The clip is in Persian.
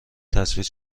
تصویر